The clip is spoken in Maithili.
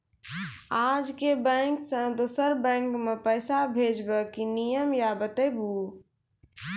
आजे के बैंक से दोसर बैंक मे पैसा भेज ब की नियम या बताबू?